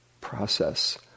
process